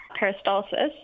peristalsis